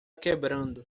quebrando